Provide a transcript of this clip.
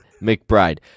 McBride